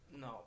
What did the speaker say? No